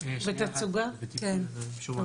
מאז ועד דצמבר 2020 נערך --- לביצוע המודל.